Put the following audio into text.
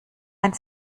ein